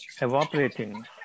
evaporating